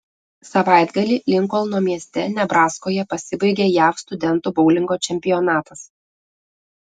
savaitgalį linkolno mieste nebraskoje pasibaigė jav studentų boulingo čempionatas